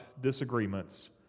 disagreements